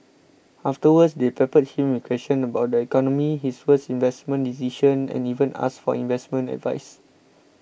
afterwards they peppered him with questions about the economy his worst investment decision and even asked for investment advice